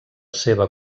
seva